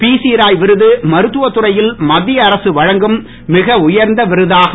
B C Roy விருது மருத்துவ துறையில் மத்திய அரசு வழங்கும் மிக உயர்ந்த விருதாகும்